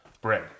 bread